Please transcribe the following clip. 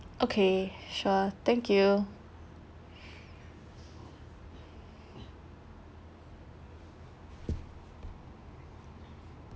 okay sure thank you